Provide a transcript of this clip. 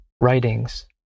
writings